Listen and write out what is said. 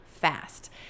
fast